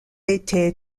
été